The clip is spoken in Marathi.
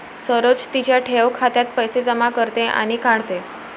सरोज तिच्या ठेव खात्यात पैसे जमा करते आणि काढते